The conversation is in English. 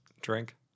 drink